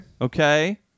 Okay